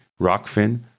Rockfin